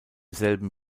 selben